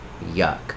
Yuck